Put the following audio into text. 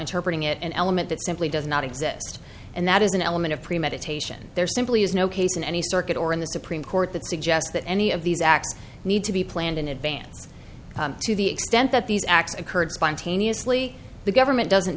interpreting it an element that simply does not exist and that is an element of premeditation there simply is no case in any circuit or in the supreme court that suggests that any of these acts need to be planned in advance to the extent that these acts occurred spontaneously the government doesn't